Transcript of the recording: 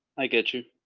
i get you.